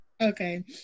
Okay